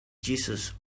jesus